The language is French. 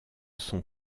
sont